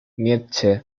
nietzsche